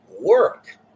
work